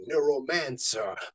neuromancer